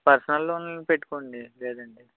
personal loan పెట్టుకోండి లేదంటే